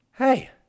Hey